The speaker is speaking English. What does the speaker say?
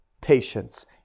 patience